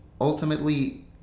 ultimately